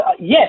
yes